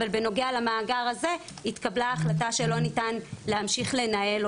אבל בנוגע למאגר הזה התקבלה ההחלטה שלא ניתן להמשיך לנהל אותו.